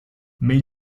mais